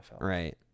Right